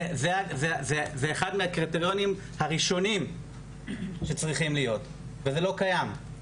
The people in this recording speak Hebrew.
זה אחד מהקריטריונים הראשונים שצריכים להיות וזה לא קיים.